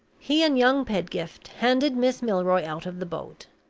he and young pedgift handed miss milroy out of the boat.